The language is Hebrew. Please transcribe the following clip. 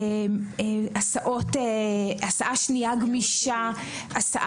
הסעה שנייה גמישה.